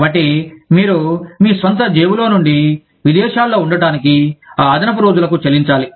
కాబట్టి మీరు మీ స్వంత జేబులో నుండి విదేశాలలో ఉండటానికి ఆ అదనపు రోజులకు చెల్లించాలి